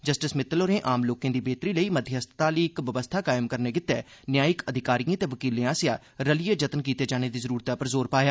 justice Mittal होरें आम लोकें दी बेहतरी लेई मध्यस्थता आह्ली इक बवस्था कायम करने गितै न्यायिक अधिकारिएं ते वकीलें आसेआ रलियै जतन कीते जाने दी जरूरतै पर जोर पाया